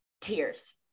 tears